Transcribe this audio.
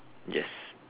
yes